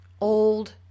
old